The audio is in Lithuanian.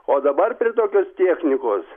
o dabar prie tokios technikos